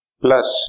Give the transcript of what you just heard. plus